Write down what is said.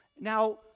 Now